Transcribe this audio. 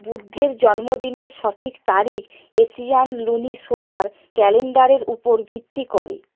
বুদ্ধের জন্মদিনের সঠিক তারিখ এশিয়ান লুনিসোলার ক্যালেণ্ডারের উপর ভিত্তি করে